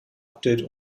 update